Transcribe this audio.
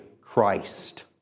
Christ